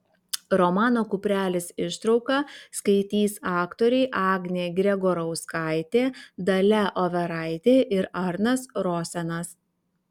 romano kuprelis ištrauką skaitys aktoriai agnė gregorauskaitė dalia overaitė ir arnas rosenas